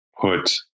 put